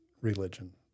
religion